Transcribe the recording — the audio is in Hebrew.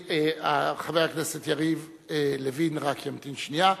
חבר הכנסת יריב לוין רק ימתין שנייה.